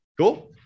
Cool